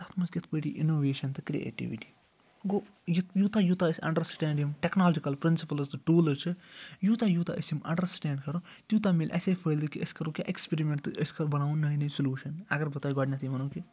تَتھ مَنٛز کِتھ پٲٹھۍ یی اِنوویشن تہٕ کِرٛییٹِوِٹی گوٚو یوٗ یوٗتاہ أسۍ انڈرسٕٹینٛڈ یِم ٹیٚکنالجِکل پِرٛنسِپلٕز تہٕ ٹوٗلٕز چھِ یوٗتاہ یوٗتاہ أسۍ یِم انڈرسٕٹینٛڈ کرو تیوٗتاہ مِلہِ اَسے فٲیدٕ کہِ أسۍ کرو کہِ ایٚکسپیرِمٮ۪نٛٹ تہٕ کَر أسۍ بناوو نٔے نٔے سُلوٗشن اگر بہٕ تۄہہِ گۄڈٕنٮ۪تھے ونو کہِ